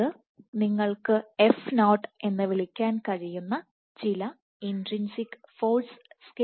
ഇത് നിങ്ങൾക്ക് f0 എന്ന് വിളിക്കാൻ കഴിയുന്ന ചില ഇൻട്രിൻസിക് ഫോഴ്സ് സ്കെയിലാണ്